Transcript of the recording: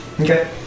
Okay